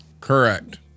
Correct